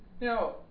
Now